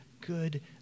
good